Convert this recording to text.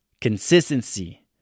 consistency